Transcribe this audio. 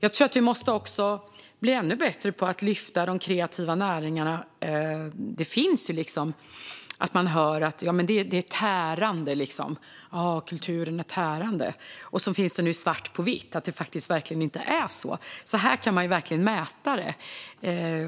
Jag tror att vi också måste bli ännu bättre på att lyfta fram de kreativa näringarna. Man kan höra att kulturen är tärande. Men nu finns det svart på vitt att det faktiskt inte är så. Här kan man verkligen mäta det.